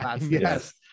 Yes